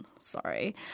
Sorry